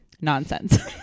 nonsense